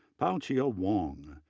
po-chiao wang,